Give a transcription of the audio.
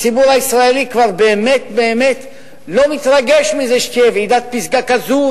הציבור הישראלי כבר באמת באמת לא מתרגש מזה שתהיה ועידת פסגה כזאת,